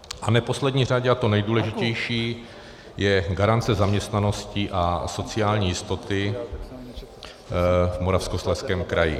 A v neposlední řadě, a to nejdůležitější, je garance zaměstnanosti a sociální jistoty v Moravskoslezském kraji.